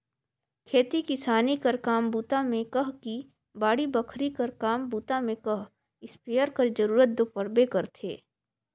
खेती किसानी कर काम बूता मे कह कि बाड़ी बखरी कर काम बूता मे कह इस्पेयर कर जरूरत दो परबे करथे